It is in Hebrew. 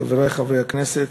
חברי חברי הכנסת,